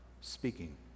speaking